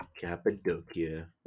Cappadocia